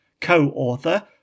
Co-author